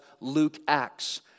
Luke-Acts